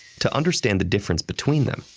to understand the difference between them,